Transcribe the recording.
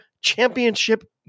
championship